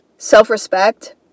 self-respect